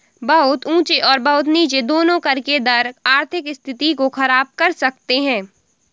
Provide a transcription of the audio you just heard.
बहुत ऊँचे और बहुत नीचे दोनों कर के दर आर्थिक स्थिति को ख़राब कर सकते हैं